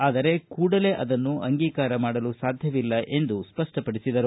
ಆದರೆ ಕೂಡಲೇ ಅದನ್ನು ಅಂಗೀಕಾರ ಮಾಡಲು ಸಾಧ್ಯವಿಲ್ಲ ಎಂದು ಸ್ಪಪ್ಪಪಡಿಸಿದರು